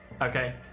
Okay